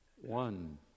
One